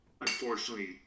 Unfortunately